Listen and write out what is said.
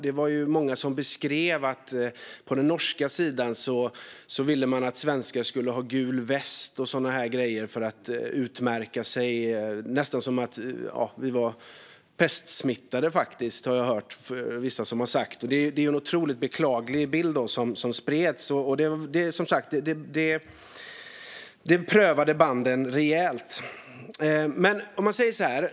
Det var många som beskrev att man på den norska sidan ville att svenskar skulle ha gul väst och annat sådant för att utmärka sig - nästan som om vi hade varit pestsmittade, har jag hört vissa säga. Det var en otroligt beklaglig bild som spreds, och det prövade banden rejält.